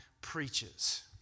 preaches